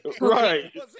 right